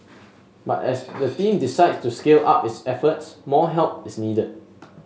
but as the team decides to scale up its efforts more help is needed